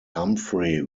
humphrey